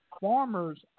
farmers